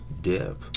dip